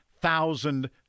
thousand